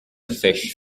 fish